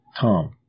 Tom